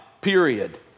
period